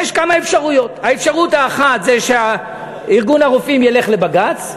יש כמה אפשרויות: האפשרות האחת היא שארגון הרופאים ילך לבג"ץ,